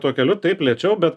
tuo keliu taip lėčiau bet